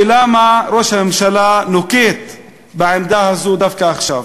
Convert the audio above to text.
ולמה ראש הממשלה נוקט בעמדה הזו דווקא עכשיו?